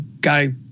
guy